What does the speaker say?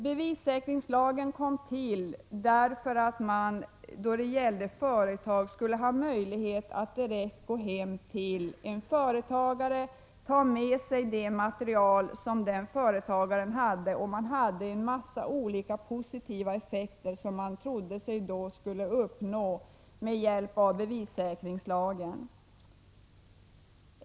Bevissäkringslagen kom till för att man skulle ha möjlighet att direkt gå hem till en företagare och ta med sig det material som han hade. Man trodde sig kunna uppnå en massa olika positiva effekter med hjälp av bevissäkringslagen.